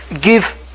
Give